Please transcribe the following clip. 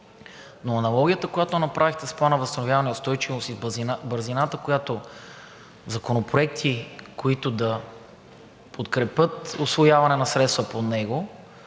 Но аналогията, която направихте с Плана за възстановяване и устойчивост и бързината, с която законопроекти, които да подкрепят усвояване на средствата от него,